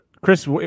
Chris